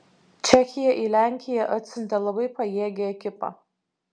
čekija į lenkiją atsiuntė labai pajėgią ekipą